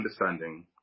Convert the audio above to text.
understanding